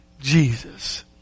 Jesus